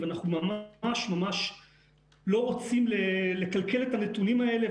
אנחנו ממש לא רוצים לקלקל את הנתונים האלה,